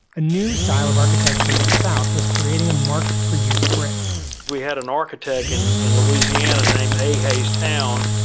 a new style of architecture in the south was creating a market for used brick we had an architect and in louisiana named a hays town,